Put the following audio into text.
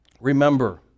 Remember